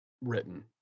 written